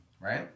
right